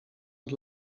het